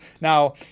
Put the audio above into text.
now